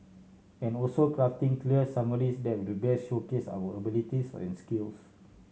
and also crafting clear summaries that will best showcase our abilities and skills